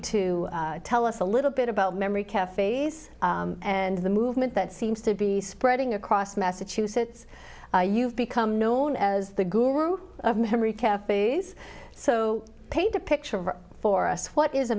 to tell us a little bit about memory cafes and the movement that seems to be spreading across massachusetts you've become known as the guru of memory cafes so paint a picture for us what is a